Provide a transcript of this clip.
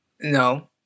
no